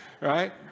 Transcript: right